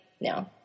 no